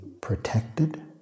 protected